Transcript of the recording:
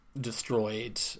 destroyed